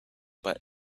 but